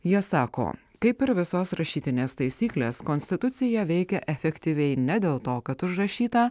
jie sako kaip ir visos rašytinės taisyklės konstitucija veikia efektyviai ne dėl to kad užrašyta